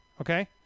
Okay